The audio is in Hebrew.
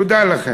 תודה לכם.